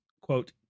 quote